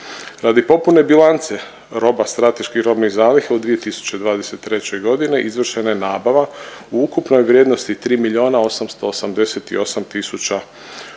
Radi popune bilance roba strateških robnih zaliha u 2023.g. izvršena je nabava u ukupnoj vrijednosti 3 miliona